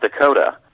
Dakota